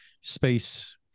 space